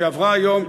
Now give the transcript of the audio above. שעברה היום,